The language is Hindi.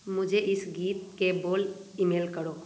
मुझे इस गीत के बोल ईमेल करो